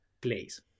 place